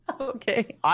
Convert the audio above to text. Okay